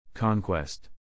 conquest